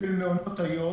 של מעונות היום,